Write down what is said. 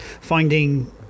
finding